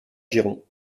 girons